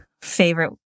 favorite